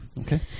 Okay